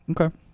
okay